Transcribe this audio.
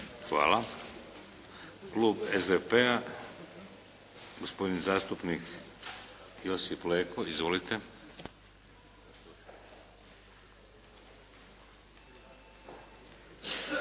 Hvala. Klub SDP-a, gospodin zastupnik Josip Leko. Izvolite.